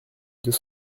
deux